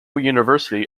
university